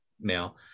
now